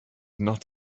not